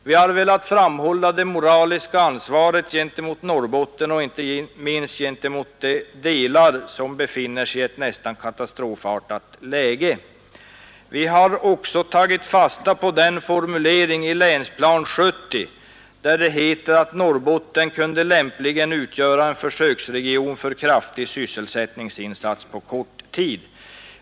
Vi har velat framhålla det moraliska ansvaret gentemot Norrbotten och inte minst gentemot de delar som befinner sig i ett nästan katastrofartat läge. Vi har också tagit fasta på den formulering i Länsplan 70 där det heter att Norrbotten kunde lämpligen utgöra en försöksregion för kraftig sysselsättningsinsats på kort tid.